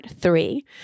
three